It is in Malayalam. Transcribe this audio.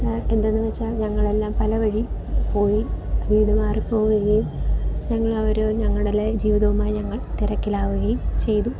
എന്താണെന്ന് വെച്ചാൽ ഞങ്ങൾ എല്ലാം പല വഴി പോയി വീട് മാറി പോവുകയും ഞങ്ങൾ അവർ ഞങ്ങളുടെ ജീവിതവുമായി ഞങ്ങൾ തിരക്കിലാവുകയും ചെയ്തു